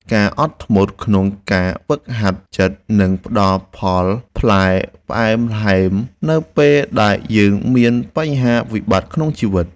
ការអត់ធ្មត់ក្នុងការហ្វឹកហាត់ចិត្តនឹងផ្តល់ផលផ្លែផ្អែមល្ហែមនៅពេលដែលយើងមានបញ្ហាវិបត្តិក្នុងជីវិត។